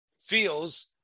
feels